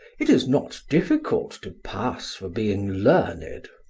it is not difficult to pass for being learned.